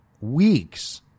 weeks